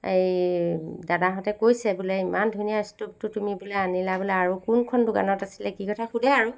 এই দাদাহঁতে কৈছে বোলে ইমান ধুনীয়া ষ্ট'ভটো তুমি বোলে আনিলা বোলে আৰু কোনখন দোকানত আছিলে কি কথা সোধে আৰু